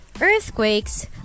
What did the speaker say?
Earthquakes